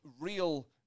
real